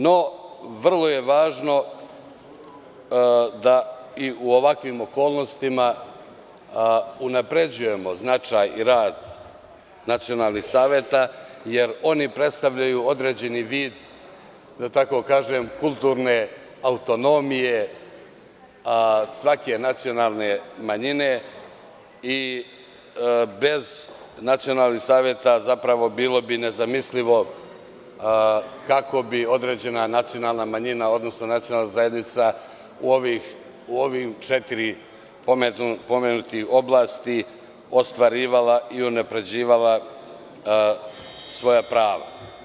No, vrlo je važno da i u ovakvim okolnostima unapređujemo značaj i rad nacionalnih saveta jer oni predstavljaju određeni vid, da tako kažem, kulturne autonomije svake nacionalne manjine i bez nacionalnih saveta bilo bi nezamislivo kako bi određena nacionalna manjina, odnosno nacionalna zajednica u ovih četiri pomenute oblasti ostvarivala i unapređivala svoja prava.